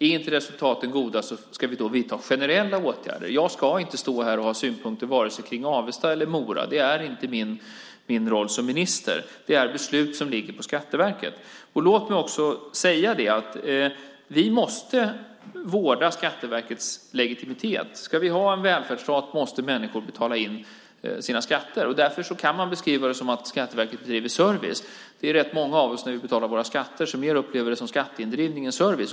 Är resultaten inte goda ska vi vidta generella åtgärder. Jag ska inte stå här och ha synpunkter på vare sig Avesta eller Mora. Det är inte min roll som minister, utan sådana beslut ligger på Skatteverket. Låt mig också säga att vi måste vårda Skatteverkets legitimitet. Ska vi ha en välfärdsstat måste människor betala in sina skatter. Därför kan man beskriva det som att Skatteverket driver service. Det är rätt många av oss som när vi betalar våra skatter mer upplever det som skatteindrivning än som service.